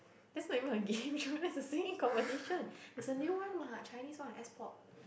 that's not even a game show that's a singing competition there's a new one what Chinese one S pop